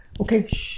okay